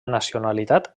nacionalitat